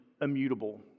immutable